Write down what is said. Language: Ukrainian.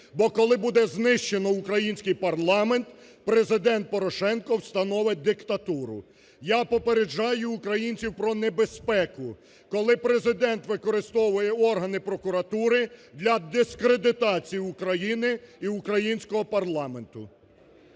бо, коли буде знищено український парламент Президент Порошенко встановить диктатуру. Я попереджаю українців про небезпеку, коли Президент використовує органи прокуратури для дискредитації України і українського парламенту.